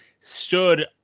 stood